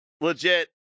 Legit